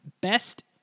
Best